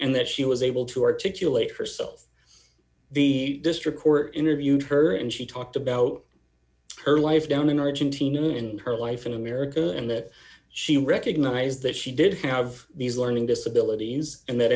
and that she was able to articulate herself the district court interviewed her and she talked about her life down in argentina and her life in america and that she recognized that she did have these learning disabilities and th